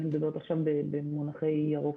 אני מדברת עכשיו במונחי ירוק,